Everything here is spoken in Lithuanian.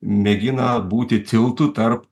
mėgina būti tiltu tarp